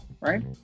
right